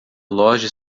loja